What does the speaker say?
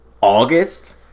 August